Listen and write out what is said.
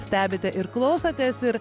stebite ir klausotės ir